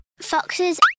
foxes